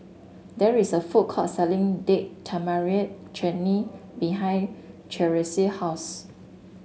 there is a food court selling Date Tamarind Chutney behind Charisse house